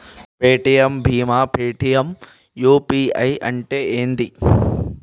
Paytm భీమ్ Paytm UPI అంటే ఏంది?